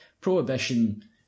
Prohibition